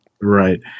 Right